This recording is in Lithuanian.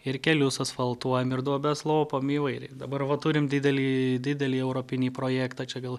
ir kelius asfaltuojam ir duobes lopome įvairiai dabar va turim didelį didelį europinį projektą čia vėl